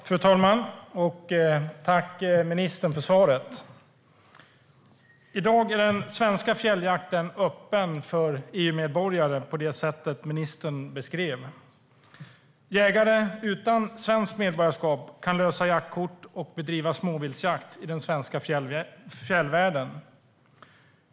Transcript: Fru talman! Jag tackar ministern för svaret. I dag är den svenska fjälljakten öppen för EU-medborgare på det sätt ministern beskrev. Jägare utan svenskt medborgarskap kan lösa jaktkort och bedriva småviltsjakt i den svenska fjällvärlden.